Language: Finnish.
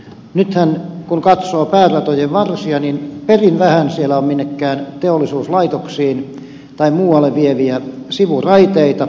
nythän kun katsoo pääratojen varsia perin vähän siellä on minnekään teollisuuslaitoksiin tai muualle vieviä sivuraiteita